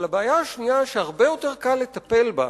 אבל הבעיה השנייה, שהרבה יותר קל לטפל בה,